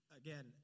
again